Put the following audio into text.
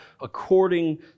according